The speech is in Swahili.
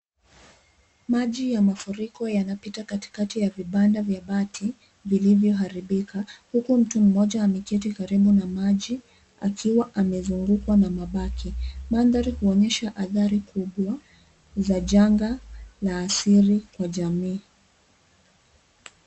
Maji ya mafuriko yanapita katika vibanda vya bati vilivyoharibika, huku mtu mmoja ameketi karibu na maji, akiwa amezungukwa na mabaki. Mandhari huonyesha athari kubwa za janga na asiri kwa jamii.